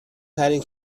ترین